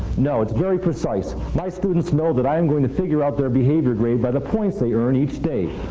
no, it's very precise. my students know that i'm going to figure out their behavior grade by the points they earn each day.